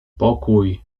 pokój